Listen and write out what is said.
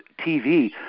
TV